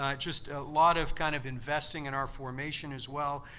ah just a lot of kind of investing in our formation as well.